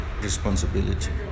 responsibility